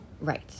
Right